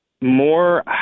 more